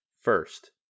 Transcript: First